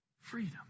freedom